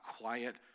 quiet